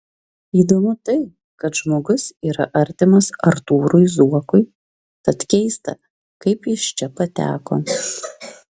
įdomu tai kad žmogus yra artimas artūrui zuokui tad keista kaip jis čia pateko